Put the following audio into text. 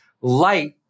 light